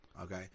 Okay